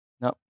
No